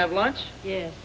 have lunch yes